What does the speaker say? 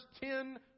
ten